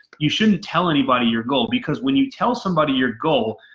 you shouldn't tell anybody your goal because when you tell somebody your goal,